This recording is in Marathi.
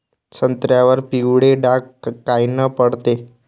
संत्र्यावर पिवळे डाग कायनं पडते?